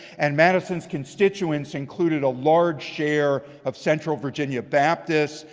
and madison's constituents included a large share of central virginia baptists,